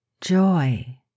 joy